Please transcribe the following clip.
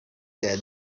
that